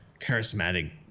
charismatic